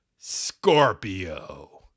Scorpio